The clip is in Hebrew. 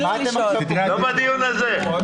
אתם מבקשים להגביל את התחרות כדי לשפר את השירות.